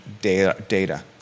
data